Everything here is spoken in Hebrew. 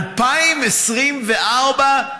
2024,